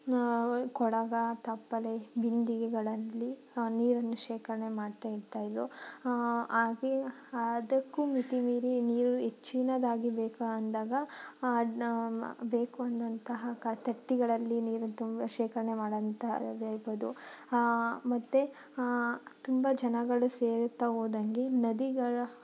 ಕೊಳಗ ತಪ್ಪಲೆ ಬಿಂದಿಗೆಗಳಲ್ಲಿ ನೀರನ್ನು ಶೇಖರಣೆ ಮಾಡ್ತಾ ಇಡ್ತಾ ಇದ್ದರು ಹಾಗೆ ಅದಕ್ಕೂ ಮಿತಿ ಮೀರಿ ನೀರು ಹೆಚ್ಚಿನದಾಗಿ ಬೇಕಂದಾಗ ನ ಬೇಕು ಅಂದಂತಹ ಕ ತೊಟ್ಟಿಗಳಲ್ಲಿ ನೀರು ತುಂ ಶೇಖರಣೆ ಮಾಡೋಂಥ ಇರ್ಬೊದು ಮತ್ತು ತುಂಬ ಜನಗಳು ಸೇರುತ್ತಾ ಹೋದಂಗೆ ನದಿಗಳ